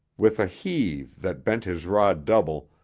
with a heave that bent his rod double,